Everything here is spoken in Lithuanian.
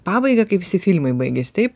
pabaiga kaip visi filmai baigiasi taip